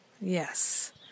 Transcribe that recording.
Yes